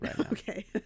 Okay